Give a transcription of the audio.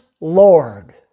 Lord